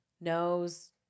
nose